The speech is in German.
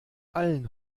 allen